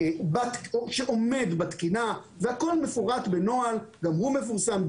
שעומד בתקינה, הכול מפורט בנוהל, גם הוא מפורסם.